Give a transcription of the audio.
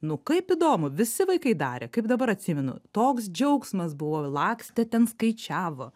nu kaip įdomu visi vaikai darė kaip dabar atsimenu toks džiaugsmas buvo lakstė ten skaičiavo